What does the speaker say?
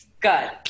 Good